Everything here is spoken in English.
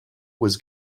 was